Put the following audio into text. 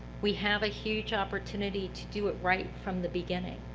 we have a huge opportunity to do it right from the beginning.